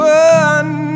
one